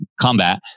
combat